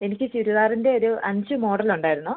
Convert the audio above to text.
എനിക്ക് ചുരിദാറിൻ്റെ ഒരു അഞ്ച് മോഡൽ ഉണ്ടായിരുന്നു